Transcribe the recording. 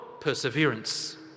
perseverance